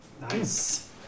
Nice